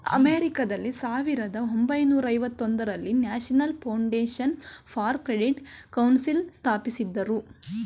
ಅಮೆರಿಕಾದಲ್ಲಿ ಸಾವಿರದ ಒಂಬೈನೂರ ಐವತೊಂದರಲ್ಲಿ national foundation for credit council ಸ್ಥಾಪಿಸಿದರು